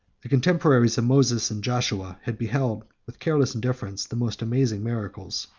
the contemporaries of moses and joshua had beheld with careless indifference the most amazing miracles.